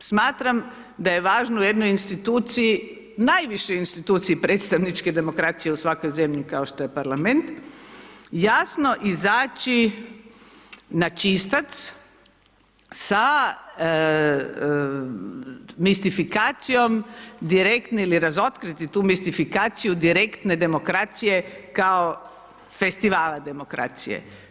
Dakle smatram da je važno u jednoj instituciji, najvišoj instituciji predstavničke demokracije u svakoj zemlji kao što je parlament jasno izaći na čistac sa mistifikacijom direktno ili razotkriti tu mistifikaciju direktne demokracije kao festivala demokracije.